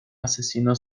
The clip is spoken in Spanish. asesino